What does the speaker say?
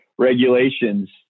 regulations